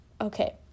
Okay